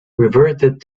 reverted